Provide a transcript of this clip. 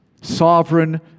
sovereign